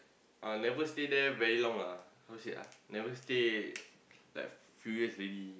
uh never stay there very long ah how say ah never stay like few years ready